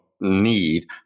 need